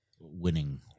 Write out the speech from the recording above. winning